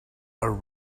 are